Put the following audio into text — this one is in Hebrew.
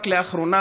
רק לאחרונה,